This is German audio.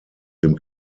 dem